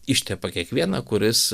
ištepa kiekvieną kuris